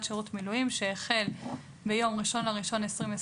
שירות מילואים שהחל ביום 1 בינואר 2022"